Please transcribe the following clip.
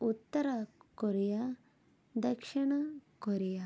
ఉత్తర Korea దక్షిణ Korea